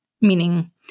meaning